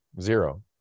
Zero